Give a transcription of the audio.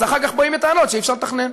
אז אחר כך באים בטענות שאי-אפשר לתכנן.